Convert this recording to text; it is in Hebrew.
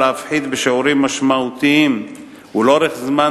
להפחית בשיעורים משמעותיים ולאורך זמן